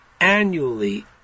annually